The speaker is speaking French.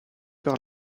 par